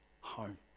home